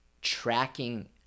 tracking